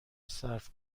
صرف